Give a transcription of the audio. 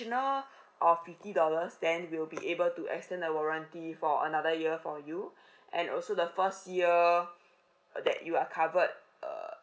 of fifty dollars then we'll be able to extend the warranty for another year for you and also the first year that you are covered err